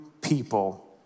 people